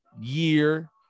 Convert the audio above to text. year